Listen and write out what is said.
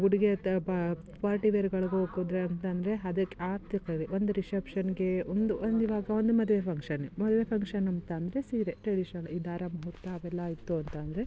ಉಡುಗೆ ತ ಪಾರ್ಟಿ ವೇರುಗಳ್ಗೆ ಹೊದ್ರೆ ಅಂತಂದರೆ ಅದಕ್ ಆಗ್ತಿರ್ತದೆ ಒಂದು ರಿಶೆಪ್ಷನ್ನಿಗೆ ಒಂದು ಒಂದು ಇವಾಗ ಒಂದು ಮದುವೆ ಫಂಕ್ಷನ್ ಮದುವೆ ಫಂಕ್ಷನ್ ಅಂತಂದರೆ ಸೀರೆ ಟ್ರೆಡಿಷನಲ್ ಈ ಧಾರೆ ಮುಹೂರ್ತ ಅವೆಲ್ಲಾ ಇತ್ತು ಅಂತಂದರೆ